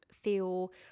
feel